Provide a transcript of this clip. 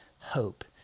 hope